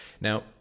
Now